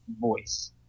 voice